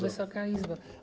Wysoka Izbo!